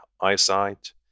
eyesight